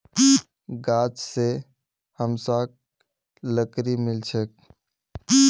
गाछ स हमसाक लकड़ी मिल छेक